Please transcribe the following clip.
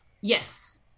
Yes